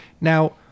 Now